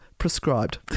Prescribed